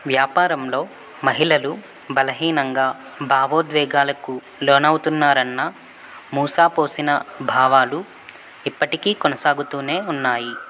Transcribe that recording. వ్యాపారంలో మహిళలు బలహీనంగా భావోద్వేగాలకు లోనవుతున్నారన్న మూసాపోసిన భావాలు ఇప్పటికీ కొనసాగుతూనే ఉన్నాయి